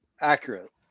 accurate